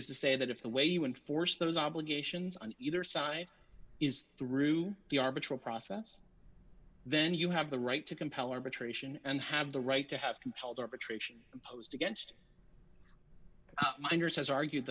is to say that if the way you enforce those obligations on either side is through the arbitral process then you have the right to compel arbitration and have the right to have compelled arbitration imposed against miners has argued